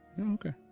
Okay